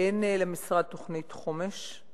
אין למשרד תוכנית חומש.